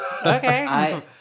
Okay